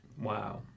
Wow